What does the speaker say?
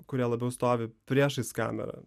kurie labiau stovi priešais kamerą